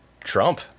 Trump